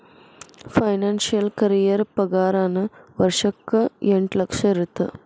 financial career ಪಾಗಾರನ ವರ್ಷಕ್ಕ ಎಂಟ್ ಲಕ್ಷ ಇರತ್ತ